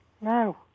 No